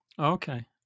Okay